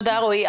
תודה, רועי.